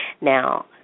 Now